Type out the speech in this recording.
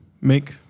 make